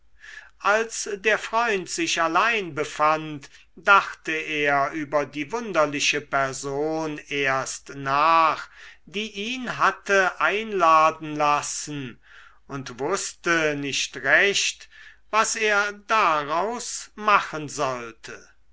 als der freund sich allein befand dachte er über die wunderliche person erst nach die ihn hatte einladen lassen und wußte nicht recht was er daraus machen sollte